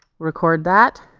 record that,